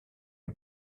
une